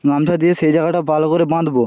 গামছা দিয়ে সেই জায়গাটা ভালো করে বাঁধব